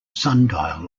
sundial